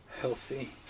healthy